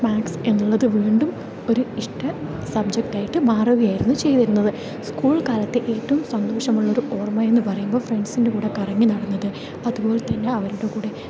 maths എന്നുള്ളത് വീണ്ടും ഒരു ഇഷ്ട സബ്ജക്റ്റായിട്ട് മാറുകയായിരുന്നു ചെയ്തിരുന്നത് സ്കൂൾ കാലത്തെ ഏറ്റവും സന്തോഷളള ഒരു ഓർമ്മ എന്ന് പറയുമ്പോൾ ഫ്രണ്ട്സിൻ്റെ കൂടെ കറങ്ങി നടന്നത് അതുപോലെത്തന്നെ അവരുടെ കൂടെ